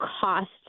cost